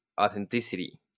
authenticity